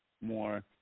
more